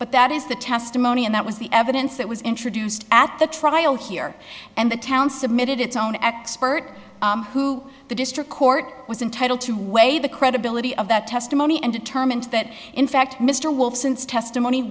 but that is the testimony and that was the evidence that was introduced at the trial here and the town submitted its own expert who the district court was entitle to weigh the credibility of that testimony and determined that in fact mr wilson's testimony